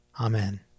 Amen